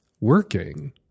working